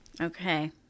Okay